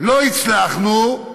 לא הצלחנו,